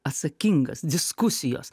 atsakingas diskusijos